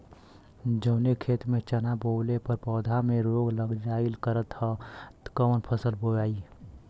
जवने खेत में चना बोअले पर पौधा में रोग लग जाईल करत ह त कवन फसल बोआई?